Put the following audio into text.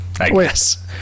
Yes